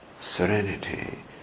serenity